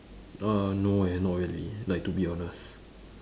uh no eh not really like to be honest